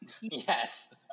Yes